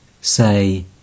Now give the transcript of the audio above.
Say